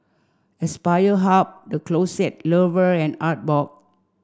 Aspire Hub The Closet Lover and Artbox